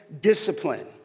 discipline